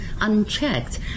unchecked